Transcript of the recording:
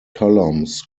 columns